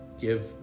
Give